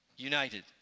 united